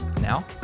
Now